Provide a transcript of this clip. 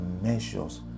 measures